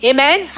Amen